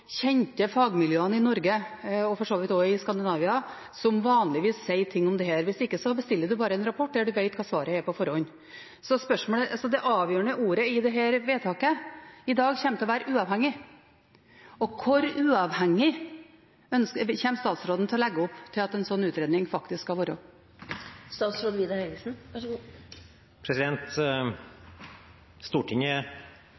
kjente fagmiljøene i Norge, og for så vidt også i Skandinavia, som vanligvis sier ting om dette. Hvis ikke bestiller man bare en rapport der en vet hva svaret er på forhånd. Så det avgjørende ordet i vedtaket i dag kommer til å være «uavhengig». Hvor uavhengig kommer statsråden til å legge opp til at en slik utredning faktisk skal være?